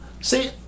See